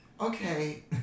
Okay